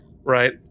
right